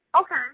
Okay